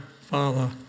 Father